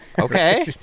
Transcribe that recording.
Okay